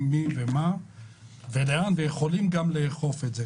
מי ומה ולאן ויכולים גם לאכוף את זה.